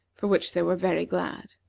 for which they were very glad.